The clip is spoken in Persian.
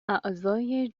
اعضای